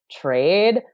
trade